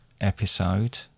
episode